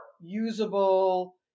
usable